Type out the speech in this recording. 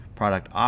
product